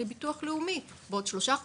ועכשיו הביטוח לאומי אומר לי בבקשה עכשיו